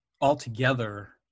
altogether